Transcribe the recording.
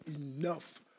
enough